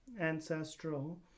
ancestral